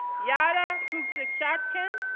yada pruksachatkun,